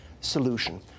solution